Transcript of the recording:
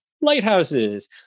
lighthouses